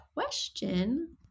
question